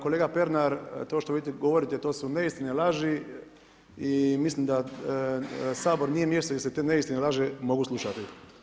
Kolega Pernar, to što vi govorite, to su neistine, laži i mislim da Sabor nije mjesto gdje se te neistine i laži mogu slušati.